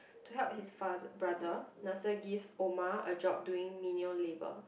to help his fath~ brother Nasser gives Omar a job doing menial labour